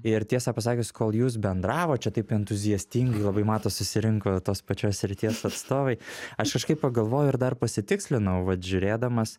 ir tiesą pasakius kol jūs bendravot čia taip entuziastingai labai matos susirinko tos pačios srities atstovai aš kažkaip pagalvojau ir dar pasitikslinau vat žiūrėdamas